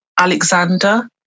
Alexander